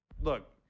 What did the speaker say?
look